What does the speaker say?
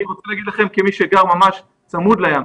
אני רוצה להגיד לכם כמי שגר ממש צמוד לים,